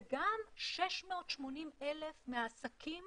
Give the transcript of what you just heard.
וגם 680,000 מהעסקים